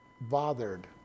bothered